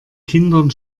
kindern